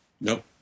Nope